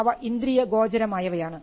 അവ ഇന്ദ്രിയ ഗോചരമായവയാണ്